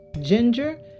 ginger